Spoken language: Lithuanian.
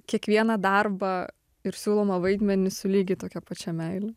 kiekvieną darbą ir siūlomą vaidmenį su lygiai tokia pačia meile